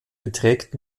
beträgt